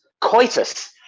coitus